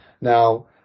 Now